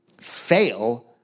fail